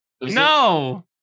No